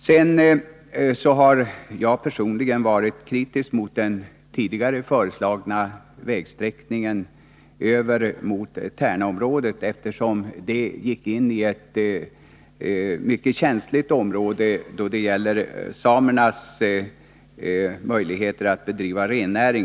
Jag har personligen varit kritisk emot den tidigare föreslagna vägsträckningen över mot Tärnaområdet, eftersom den gick in i ett mycket känsligt område då det gäller samernas möjligheter att bedriva rennäring.